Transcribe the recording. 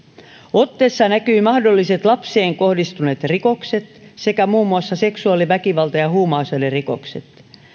otteessa näkyvät mahdolliset lapseen kohdistuneet rikokset sekä muun muassa seksuaali väkivalta ja huumausainerikokset